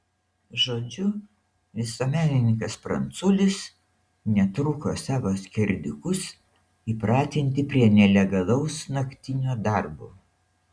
žodžiu visuomenininkas pranculis netruko savo skerdikus įpratinti prie nelegalaus naktinio darbo